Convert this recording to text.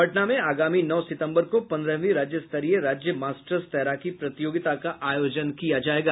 पटना में आगामी नौ सितम्बर को पन्द्रहवीं राज्य स्तरीय राज्य मास्टर्स तैराकी प्रतियोगिता का आयोजन किया जायेगा